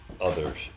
others